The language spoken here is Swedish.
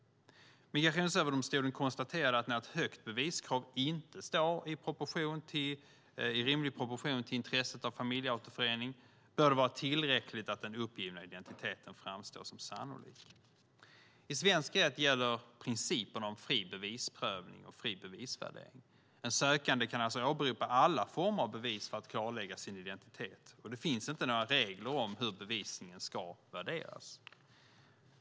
Migrationsöverdomstolen konstaterade att när ett högt beviskrav inte står i rimlig proportion till intresset av familjeåterförening bör det vara tillräckligt att den uppgivna identiteten framstår som sannolik. I svensk rätt gäller principen om fri bevisprövning och fri bevisvärdering. Den sökande kan alltså åberopa alla former av bevis för att klarlägga sin identitet, och det finns inte några regler om hur bevisningen ska värderas.